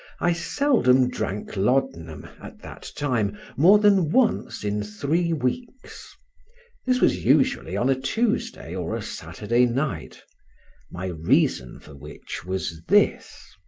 i seldom drank laudanum, at that time, more than once in three weeks this was usually on a tuesday or a saturday night my reason for which was this.